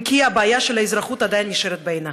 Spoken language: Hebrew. אם כי הבעיה של האזרחות עדיין נשארת בעינה.